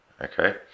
Okay